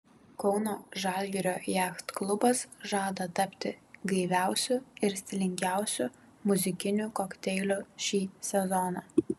kauno žalgirio jachtklubas žada tapti gaiviausiu ir stilingiausiu muzikiniu kokteiliu šį sezoną